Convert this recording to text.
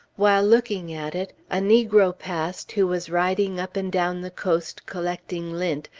while looking at it, a negro passed who was riding up and down the coast collecting lint,